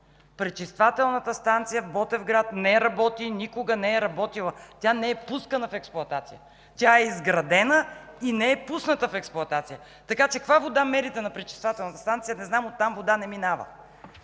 Пречиствателната станция в Ботевград не работи и никога не е работила. Тя не е пускана в експлоатация. Тя е изградена и не е пускана в експлоатация, така че каква вода мерите на пречиствателната станция не знам! От там вода не минава.